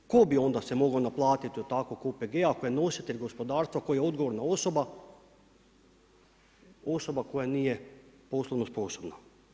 Tko bi onda se mogao naplatiti od takvog OPG-a ako je nositelj gospodarstva koji je odgovorna osoba, osoba koja nije poslovno sposobna?